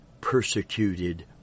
persecuted